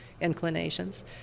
inclinations